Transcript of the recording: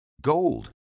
Gold